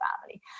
family